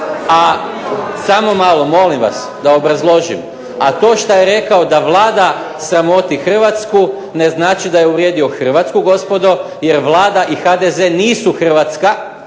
Samo malo, molim vas, da obrazložim. A to što je rekao da Vlada sramoti Hrvatsku ne znači da je uvrijedio Hrvatsku gospodo, jer Vlada i HDZ nisu Hrvatska,